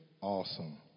awesome